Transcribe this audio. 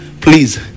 please